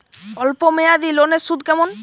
অল্প মেয়াদি লোনের সুদ কেমন?